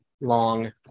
long